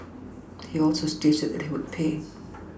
he also stated that he would pay